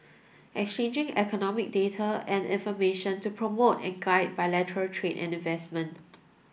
exchanging economic data and information to promote and guide bilateral trade and investment